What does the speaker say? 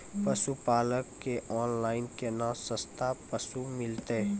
पशुपालक कऽ ऑनलाइन केना सस्ता पसु मिलतै?